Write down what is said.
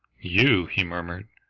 you! he murmured,